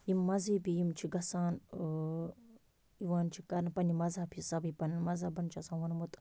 یِم مَذہبی یِم چھِ گَژھان یِوان چھِ پننہِ پننہِ مَذہَب حِسابہ یہِ پَننۍ مَذہَبَن چھُ آسان ووٚنمُت